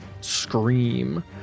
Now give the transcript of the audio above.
scream